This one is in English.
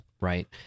right